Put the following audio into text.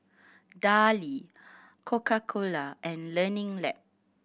Darlie Coca Cola and Learning Lab